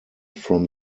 from